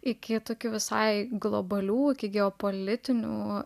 iki tokių visai globalių geopolitinių